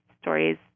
stories